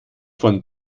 von